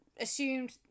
assumed